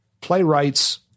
playwrights